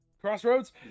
Crossroads